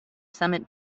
summit